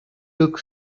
look